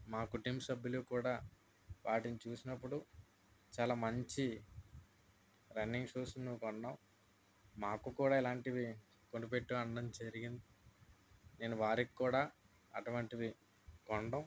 మా కుటుంబ సభ్యులు కూడా వాటిని చూసినప్పుడు చాలా మంచి రన్నింగ్ షూస్ని నువ్వు కొన్నావు మాకు కూడా ఇలాంటివి కొనిపెట్టు అనడం జరిగింది నేను వారికి కూడా అటువంటివి కొనడం